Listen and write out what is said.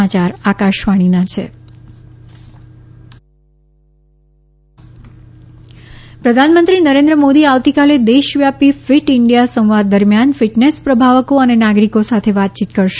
fit India પ્રધાનમંત્રી નરેન્દ્ર મોદી આવતીકાલે દેશવ્યાપી ફિટ ઇન્ડિયા સંવાદ દરમિયાન ફિટનેસ પ્રભાવકો અને નાગરિકો સાથે વાતચીત કરશે